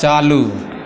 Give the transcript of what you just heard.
चालू